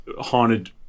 haunted